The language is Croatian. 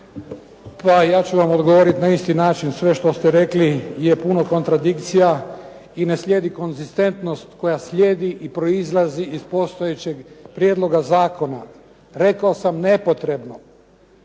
Pa ja ću vam odgovoriti na isti način, sve što ste rekli je puno kontradikcija i ne slijedi konzistentnost koja slijedi i proizlazi iz postojećeg prijedloga zakona. Rekao sam nepotrebno.